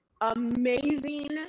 amazing